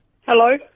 Hello